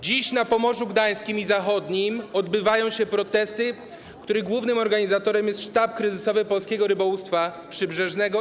Dziś na Pomorzu Gdańskim i Pomorzu Zachodnim odbywają się protesty, których głównych organizatorem jest Sztab Kryzysowy - Polskie Rybołówstwo Przybrzeżne.